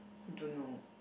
I don't know